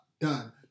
Done